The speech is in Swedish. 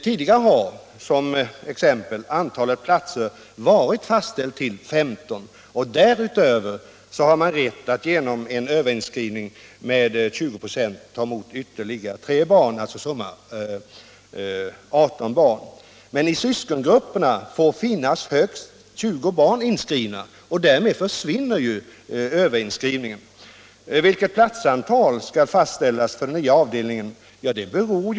Tidigare har, som ett exempel, antalet platser varit fastställt till 15. Därutöver har man rätt att genom en överinskrivning med 20 &H ta emot ytterligare tre barn, alltså summa 18 barn. Men i syskongrupperna får finnas högst 20 barn inskrivna, och därmed försvinner ju överinskrivningen. Vilket platsantal skall fastställas för den nya avdelningen? frågade fröken Hjelmström.